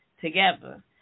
together